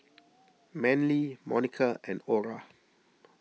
Manly Monica and Ora